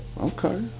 Okay